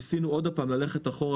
ניסינו ללכת אחורה,